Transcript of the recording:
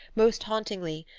most hauntingly,